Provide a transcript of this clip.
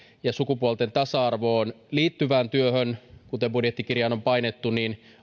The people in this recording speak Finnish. ja sukupuolten tasa arvoon liittyvään työhön kuten budjettikirjaan on painettu